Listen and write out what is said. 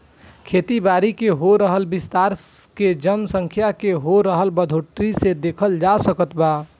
खेती बारी के हो रहल विस्तार के जनसँख्या के हो रहल बढ़ोतरी से देखल जा सकऽता